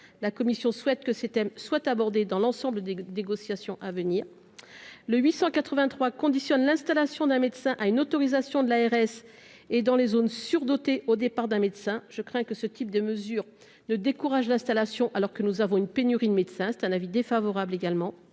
La commission souhaite que ces thèmes soient abordés au cours de l'ensemble des négociations à venir. L'amendement n° 883 vise à conditionner l'installation d'un médecin à une autorisation de l'ARS et, dans les zones surdotées, au départ d'un médecin. Je crains que ce type de mesure ne décourage l'installation alors que nous sommes en situation de pénurie. J'émets donc un avis défavorable. L'amendement